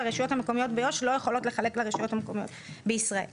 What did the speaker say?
שהרשויות המקומיות ביו"ש לא יכולות לחלק לרשויות המקומיות בישראל.